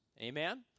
Amen